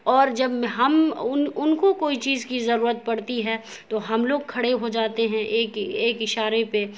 اور جب ہم ان ان کو کوئی چیز کی ضرورت پڑتی ہے تو ہم لوگ کھڑے ہو جاتے ہیں ایک ایک اشارے پہ